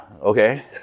okay